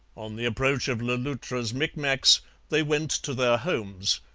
on the approach of le loutre's micmacs they went to their homes,